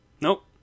Nope